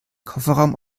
kofferraum